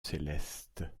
céleste